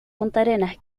puntarenas